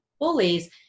bullies